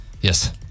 Yes